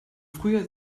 frühjahr